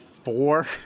four